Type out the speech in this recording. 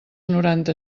noranta